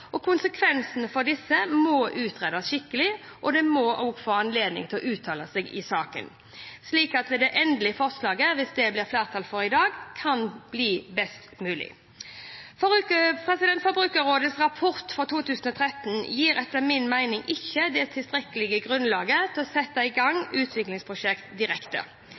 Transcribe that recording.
Konsekvensene for disse må utredes skikkelig, og de må få anledning til å uttale seg om saken, slik at det endelige forslaget, hvis det blir flertall for det i dag, kan bli best mulig. Forbrukerrådets rapport fra 2013 gir etter min mening ikke tilstrekkelig grunnlag for å sette i gang et utviklingsprosjekt direkte.